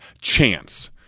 chance